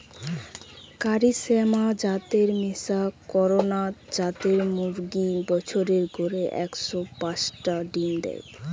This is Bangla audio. কারি শ্যামা জাতের মিশা কড়কনাথ জাতের মুরগি বছরে গড়ে একশ পাচটা ডিম দেয়